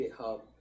github